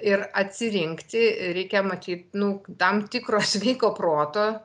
ir atsirinkti reikia matyt nu tam tikro sveiko proto